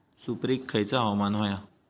सुपरिक खयचा हवामान होया?